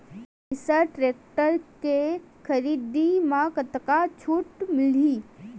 Eicher tractor के खरीदी म कतका छूट मिलही?